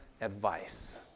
advice